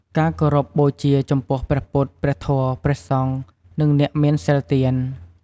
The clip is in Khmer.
ការគោរពបូជាចំពោះ ព្រះពុទ្ធ ព្រះធម៌ ព្រះសង្ឃ និងអ្នកមានសីលទាន។